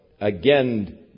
again